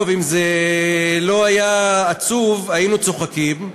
טוב, אם זה לא היה עצוב, היינו צוחקים.